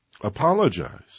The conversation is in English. apologize